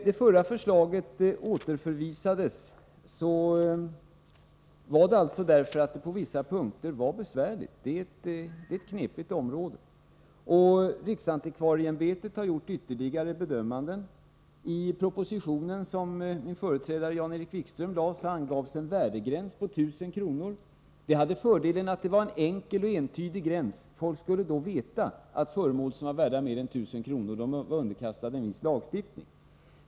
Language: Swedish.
Det förra förslaget återförvisades därför att det på vissa punkter var besvärligt — det är fråga om ett knepigt område. Riksantikvarieämbetet har Nr 88 nu gjort ytterligare bedömningar. I den proposition som min företrädare Jan-Erik Wikström lade fram angavs en värdegräns på 1000 kr. Fördelen var att det var en enkel och entydig gräns — folk skulle veta att föremål värda mer än 1000 kr. var underkastade en viss lagstiftning.